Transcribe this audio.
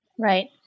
Right